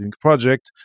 project